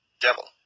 devil